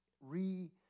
re